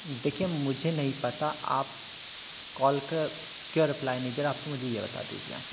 देखिए मुझे नहीं पता आप कॉल का क्यों रिप्लाई नहीं दे रहे आप तो मुझे यह बता दीजिए